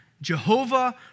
Jehovah